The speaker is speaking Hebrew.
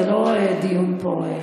זה לא דיון פה.